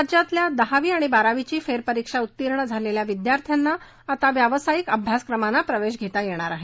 राज्यातल्या दहावी आणि बारावीची फेरपरीक्षा उत्तीर्ण झालेल्या विद्यार्थ्यांना आता व्यावसायिक अभ्यासक्रमांना प्रवेश घेता येणार आहे